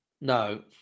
No